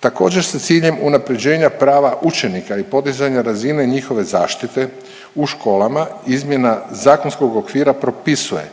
Također sa ciljem unapređenja prava učenika i podizanja razine njihove zaštite u školama izmjena zakonskog okvira propisuje